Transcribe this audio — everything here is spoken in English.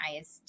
ISD